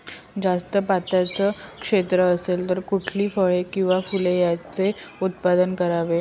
जास्त पात्याचं क्षेत्र असेल तर कुठली फळे आणि फूले यांचे उत्पादन करावे?